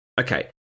okay